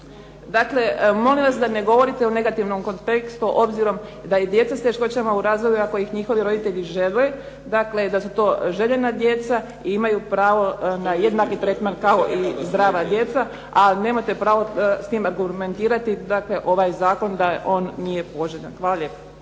Dakle, molim vas da ne govorite u negativnom kontekstu obzirom da i djeca s teškoćama u razvoju ako ih njihovi roditelji žele, da su to željena djeca i imaju pravo na jednaki tretman kao i zdrava djeca, a nemate pravo s tim argumentirati dakle ovaj Zakon da on nije poželjan. Hvala lijepa.